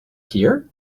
here